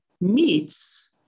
meets